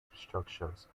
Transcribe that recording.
structures